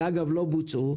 ואגב לא בוצעו,